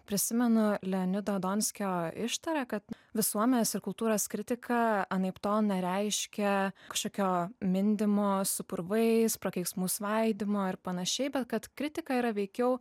prisimenu leonido donskio ištarą kad visuomenės ir kultūros kritika anaiptol nereiškia kašokio mindymo su purvais prakeiksmų svaidymu ar panašiai bet kad kritika yra veikiau